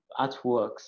artworks